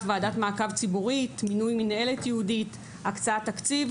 ועדת מעקב ציבורית; מינוי מינהלת ייעודית; הקצאת תקציב